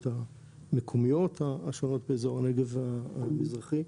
המקומיות השונות באזור הנגב המזרחי.